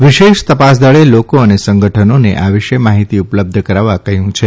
વિશેષ ત ાસ દળે લોકો અને સંગઠનોને આ વિશે માહિતી ઉ લબ્ધ કરવા કહ્યું છે